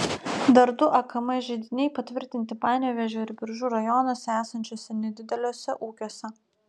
dar du akm židiniai patvirtinti panevėžio ir biržų rajonuose esančiuose nedideliuose ūkiuose